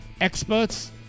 experts